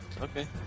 okay